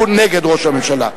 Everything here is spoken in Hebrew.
הוא נגד ראש הממשלה.